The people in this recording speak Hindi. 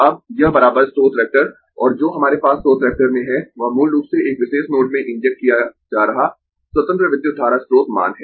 अब यह स्रोत वेक्टर और जो हमारे पास स्रोत वेक्टर में है वह मूल रूप से एक विशेष नोड में इंजेक्ट किया जा रहा स्वतंत्र विद्युत धारा स्रोत मान है